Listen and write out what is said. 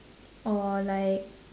or like